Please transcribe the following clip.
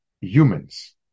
humans